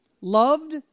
Loved